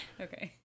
Okay